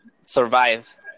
survive